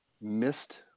missed